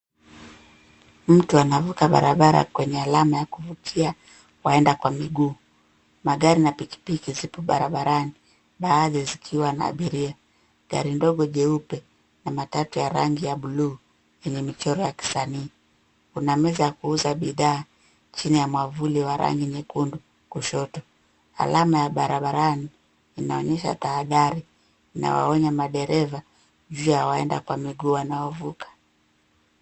Mtu anavuka barabara kwenye alama ya kuvukia waenda kwa miguu. Magari na pikipiki zipo barabarani, baadhi zikiwa na abiria, gari ndogo jeupe na matatu ya rangi ya buluu yenye michoro ya kisanii. Kuna meza ya kuuza bidhaa chini ya mwavuli wa rangi nyekundu kushoto. Alama ya barabarani inaonyesha tahadhari. Inawaonya madereva juu ya waenda kwa miguu wanaovuka.